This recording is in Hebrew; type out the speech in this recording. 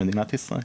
מדינת ישראל.